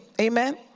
amen